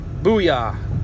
Booyah